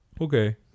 okay